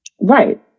right